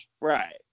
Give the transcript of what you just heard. right